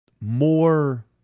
more